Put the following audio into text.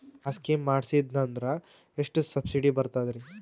ಆ ಸ್ಕೀಮ ಮಾಡ್ಸೀದ್ನಂದರ ಎಷ್ಟ ಸಬ್ಸಿಡಿ ಬರ್ತಾದ್ರೀ?